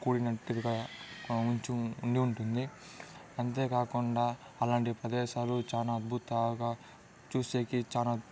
కూడినట్టుగా కొంచెం ఉండి ఉంటుంది అంతేకాకుండా అలాంటి ప్రదేశాలు చాలా అద్భుతాగా చూసేకి చాలా